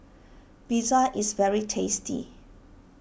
Pizza is very tasty